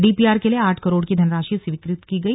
DPR के लिए आठ करोड़ की धनराशि स्वीकृत की गई